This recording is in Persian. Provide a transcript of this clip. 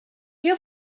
بیا